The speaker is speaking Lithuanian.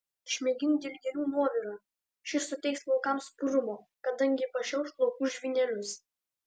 išmėgink dilgėlių nuovirą šis suteiks plaukams purumo kadangi pašiauš plaukų žvynelius